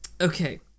Okay